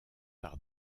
par